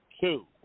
two